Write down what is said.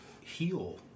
heal